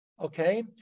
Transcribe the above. okay